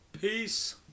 Peace